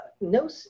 No